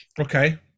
Okay